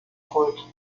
kult